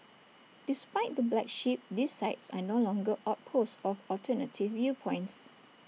despite the black sheep these sites are no longer outposts of alternative viewpoints